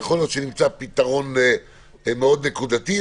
ויכול להיות שנמצא פתרון מאוד נקודתי,